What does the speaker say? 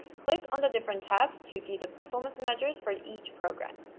click on the different tabs to view the performance measures for and each program